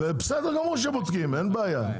בסדר גמור שבודקים, אין בעיה.